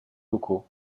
locaux